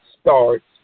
starts